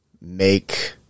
make